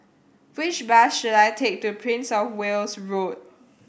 which bus should I take to Princess Of Wales Road